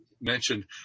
mentioned